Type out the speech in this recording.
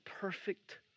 perfect